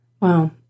Wow